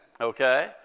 Okay